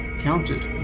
counted